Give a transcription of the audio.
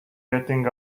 getting